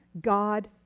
God